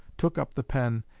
took up the pen,